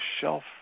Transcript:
shelf